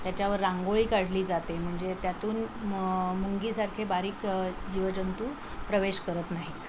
त्याच्यावर रांगोळी काढली जाते म्हणजे त्यातून म् मुंगीसारखे बारीक जीवजंतू प्रवेश करत नाहीत